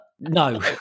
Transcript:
no